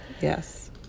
Yes